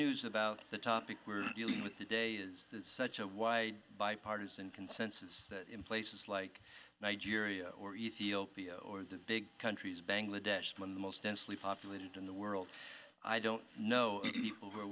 news about the topic we're dealing with today is such a wide bipartisan consensus in places like nigeria or ethiopia or the big countries bangladesh when the most densely populated in the world i don't know people who are